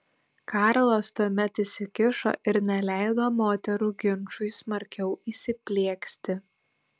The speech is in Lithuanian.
karlas tuomet įsikišo ir neleido moterų ginčui smarkiau įsiplieksti